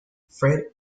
fred